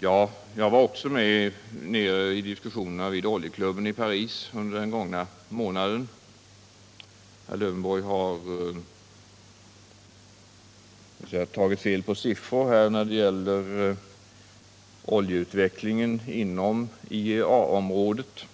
Jag var också med vid oljeklubbens diskussioner i Paris under den gångna månaden. Herr Lövenborg har tagit fel på siffrorna när det gäller oljeutvecklingen inom IEA-området.